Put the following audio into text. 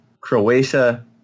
Croatia